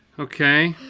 okay.